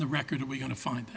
the record are we going to find